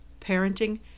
parenting